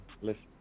listen